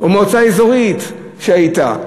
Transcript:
או מועצה אזורית שהיית,